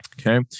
Okay